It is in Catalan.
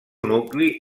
nucli